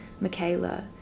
Michaela